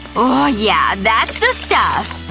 oh yeah, that's the stuff.